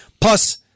Plus